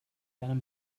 einem